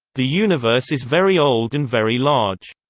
the universe is very old and very large.